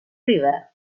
river